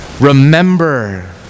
remember